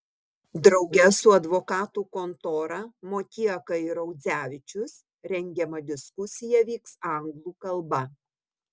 drauge su advokatų kontora motieka ir audzevičius rengiama diskusija vyks anglų kalba